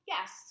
Yes